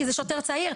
כי זה שוטר צעיר,